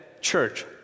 church